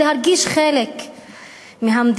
להרגיש חלק מהמדינה,